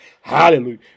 Hallelujah